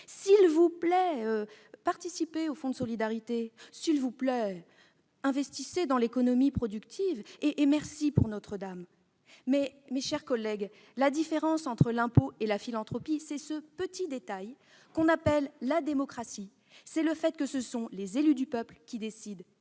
S'il vous plaît, participez au fonds de solidarité. S'il vous plaît, investissez dans l'économie productive. Et merci pour Notre-Dame !» Mais, mes chers collègues, la différence entre l'impôt et la philanthropie, c'est ce petit détail qu'on appelle la démocratie. Ce sont les élus du peuple qui décident